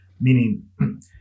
Meaning